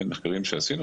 במחקרים שערכנו,